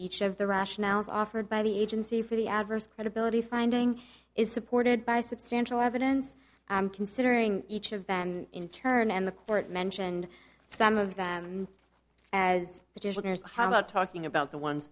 each of the rationales offered by the agency for the adverse credibility finding is supported by substantial evidence considering each of them in turn and the court mentioned some of them as petitioners how about talking about the ones